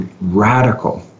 radical